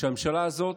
שהממשלה הזאת